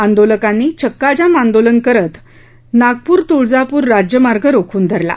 आंदोलकांनी चक्काजाम आंदोलन करत नागपूर तुळजापूर राज्यमार्ग रोखून धरला